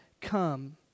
come